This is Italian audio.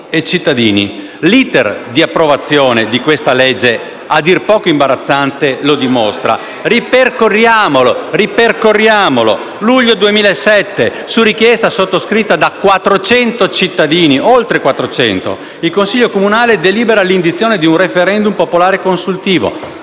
grazie a tutta